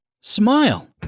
Smile